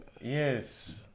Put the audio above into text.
Yes